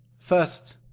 first,